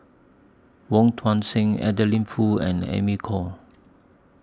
Wong Tuang Seng Adeline Foo and Amy Khor